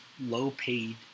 low-paid